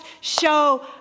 show